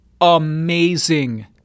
amazing